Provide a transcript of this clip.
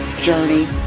journey